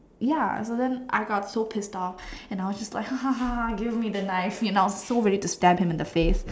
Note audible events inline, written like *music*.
ya I couldn't I got so pissed off and I was just like *laughs* give me the knife you know I was so ready to stab him in the face